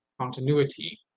continuity